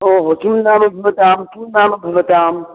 ओहो किं नाम भवतां किं नाम भवताम्